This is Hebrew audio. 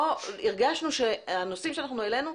הרגשנו שהנושאים שאנחנו העלינו,